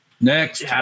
Next